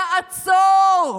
תעצור.